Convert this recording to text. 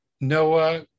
Noah